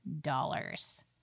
dollars